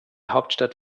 hauptstadt